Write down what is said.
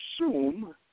assume